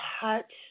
touch